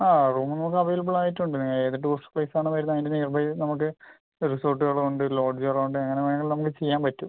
ആ റൂം നമുക്ക് അവൈലബിൾ ആയിട്ടുണ്ട് ഏത് ടൂറിസ്റ്റ് പ്ലേസ് ആണോ വരുന്നത് അതിൻ്റെ നിയർബയ് ഇത് അങ്ങോട്ട് റിസോർട്ടുകളുണ്ട് ലോഡ്ജുകളുണ്ട് എങ്ങനെ വേണമെങ്കിലും ചെയ്യാൻ പറ്റും